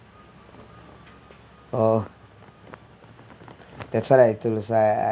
oh that's why I I I